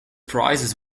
prizes